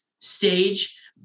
stage